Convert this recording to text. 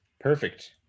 perfect